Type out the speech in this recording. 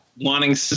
wanting